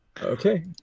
okay